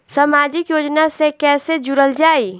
समाजिक योजना से कैसे जुड़ल जाइ?